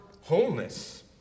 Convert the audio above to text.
wholeness